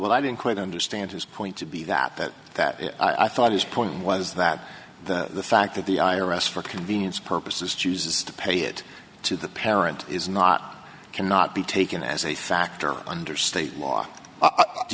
but i didn't quite understand his point to be that that i thought his point was that the fact that the i r s for convenience purposes chooses to pay it to the parent is not cannot be taken as a factor under state law do